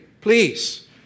Please